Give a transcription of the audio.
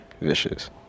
vicious